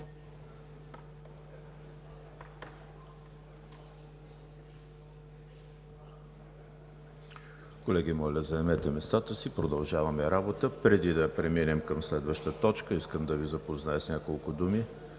Колеги, моля, заемете местата си, продължаваме работа. Преди да преминем към следващата точка искам да Ви запозная с няколко думи